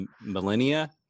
Millennia